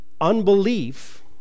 unbelief